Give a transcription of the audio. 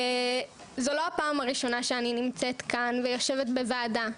זו לא הפעם הראשונה שאני נמצאת כאן ויושבת בוועדה.